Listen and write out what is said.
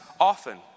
often